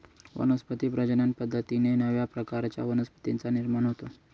वनस्पती प्रजनन पद्धतीने नव्या प्रकारच्या वनस्पतींचा निर्माण होतो